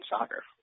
soccer